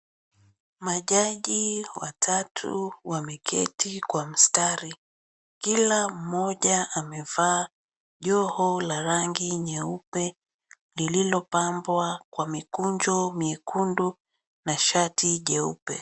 Majaji watatu wameketi kwa mstari. Kila mmoja amevaa joho la rangi nyeupe lililopambwa kwa mikunjo miekundu na shati jeupe.